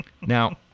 Now